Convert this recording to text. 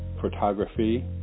photography